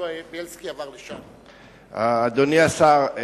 אדוני השר,